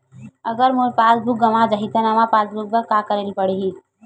अगर मोर pass book गवां जाहि त नवा पास बुक बर का करे ल पड़हि?